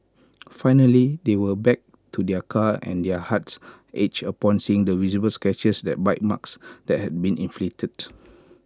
finally they went back to their car and their hearts ached upon seeing the visible scratches that bite marks that had been inflicted